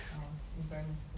when I was in primary school